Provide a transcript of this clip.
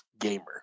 gamer